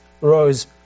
rose